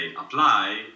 apply